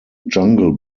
jungle